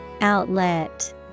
Outlet